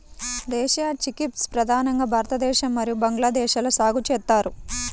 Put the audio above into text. దేశీయ చిక్పీస్ ప్రధానంగా భారతదేశం మరియు బంగ్లాదేశ్లో సాగు చేస్తారు